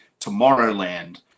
Tomorrowland